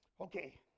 Okay